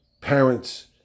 parents